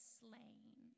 slain